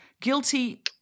guilty